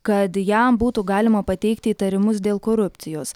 kad jam būtų galima pateikti įtarimus dėl korupcijos